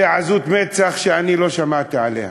זאת עזות מצח שאני לא שמעתי עליה.